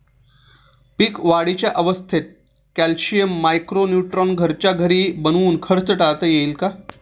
पीक वाढीच्या अवस्थेत calcium, micro neutron घरच्या घरी बनवून खर्च टाळता येईल का?